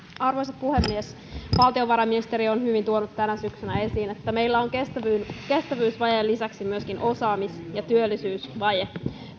arvoisa puhemies valtiovarainministeri on hyvin tuonut tänä syksynä esiin että meillä on kestävyysvajeen lisäksi myöskin osaamis ja työllisyysvaje